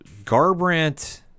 Garbrandt